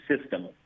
system